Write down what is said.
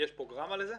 יש פרוגרמה לזה?